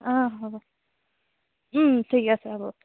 অঁ হ'ব ঠিক আছে হ'ব